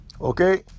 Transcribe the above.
Okay